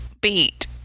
beat